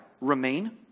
Remain